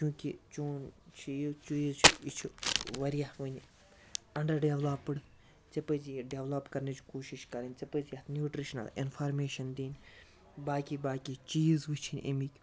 کیٚوٗنٛکہِ چوٗن چیٖز چھُ یہِ چھُ واریاہ وُنہِ اَنڈر ڈیٚولَپٕڈ ژےٚ پزِی یہِ ڈیٚولَپ کَرنٕچ کوٗشِش کَرٕنۍ ژےٚ پَزِی اَتھ نیوٹرشنَل اِنفارمیشَن دِنۍ باقٕے باقٕے چیٖز وُچھِنۍ اَمِکۍ